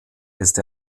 ist